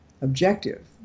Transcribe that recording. objective